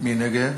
מי נגד?